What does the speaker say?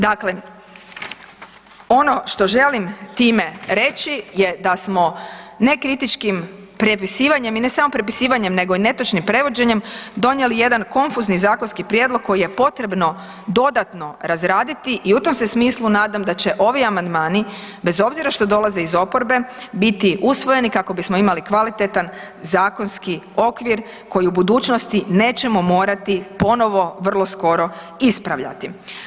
Dakle, ono što želim time reći je da smo nekritičkim prepisivanjem i ne samo prepisivanjem nego i netočnim prevođenjem donijeli jedan konfuzni zakonski prijedlog koji je potrebno dodatno razraditi i u tom se smislu nadam da će ovi amandmani bez obzira što dolaze iz oporbe biti usvojeni kako bismo imali kvalitetan zakonski okvir koji u budućnosti nećemo morati ponovo vrlo skoro ispravljati.